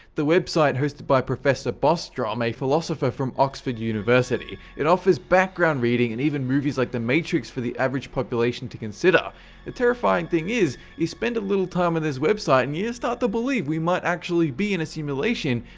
the website hosted by professor bostrom, a philosopher from oxford university it offers background reading and even movies like the matrix for the average population to consider the terrifying thing is, you spend a little time on and this website and you you start to believe we might actually be in a simulation,